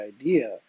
idea